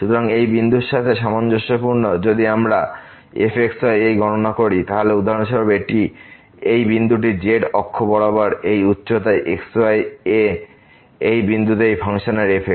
সুতরাং এই বিন্দুর সাথে সামঞ্জস্যপূর্ণ যদি আমরা fx y এই গণনা করি তাহলে উদাহরণস্বরূপ এই বিন্দুটি এখানে z অক্ষ বরাবর এই উচ্চতা x y এই বিন্দুতে এই ফাংশনের fx y